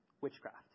Witchcraft